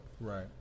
Right